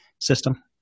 system